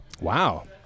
Wow